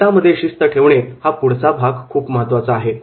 गटामध्ये शिस्त ठेवणे हा पुढचा भाग खूपच महत्त्वाचा आहे